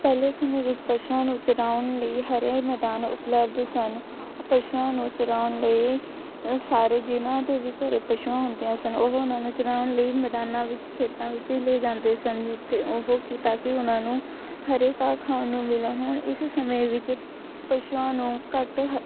ਪਹਿਲੇ ਸਮੇਂ ਵਿੱਚ ਪਸ਼ੂਆਂ ਨੂੰ ਚਰਾਉਣ ਲਈ ਹਰੇ ਮੈਦਾਨ ਉਪਲਬਧ ਸਨ ਪਸ਼ੂਆਂ ਨੂੰ ਚਰਾਉਣ ਲਈ ਸਾਰੇ ਜਿਨ੍ਹਾਂ ਦੇ ਵੀ ਘਰ ਪਸ਼ੂਆਂ ਹੁੰਦੀਆਂ ਸਨ ਉਹ ਉਹਨਾਂ ਨੂੰ ਚਰਾਉਣ ਲਈ ਮੈਦਾਨਾਂ ਵਿੱਚ ਖੇਤਾਂ ਵਿੱਚ ਲੈ ਜਾਂਦੇ ਸਨ ਜਿੱਥੇ ਉਹ ਜਿੱਦਾਂ ਕਿ ਉਹਨਾਂ ਨੂੰ ਹਰੇ ਘਾਹ ਖਾਣ ਨੂੰ ਮਿਲਣ ਹੁਣ ਇਸ ਸਮੇਂ ਵਿੱਚ ਪਸ਼ੂਆਂ ਨੂੰ ਘੱਟ ਹ